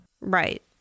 Right